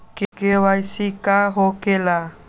KYC का हो के ला?